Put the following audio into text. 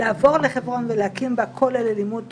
לעבור לחברון ולהקים בה כולל ללימוד תורה.